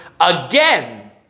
again